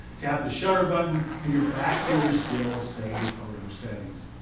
tap the shutter button, and you're back to your still saved photo settings.